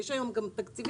יש היום גם תקציבים.